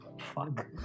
Fuck